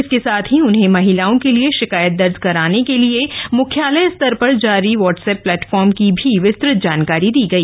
इसके साथ ही उन्हें महिलाओं के लिए शिकायत दर्ज कराने के लिए म्ख्यालय स्तर पर जारी व्हाट्सएप प्लेटफार्म की भी विस्तृत जानकारी दी गई